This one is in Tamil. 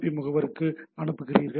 பி முகவருக்கு அனுப்புகிறீர்கள்